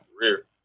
career